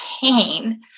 pain